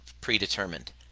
predetermined